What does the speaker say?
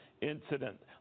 incident